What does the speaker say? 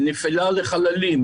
מנפילה לחללים,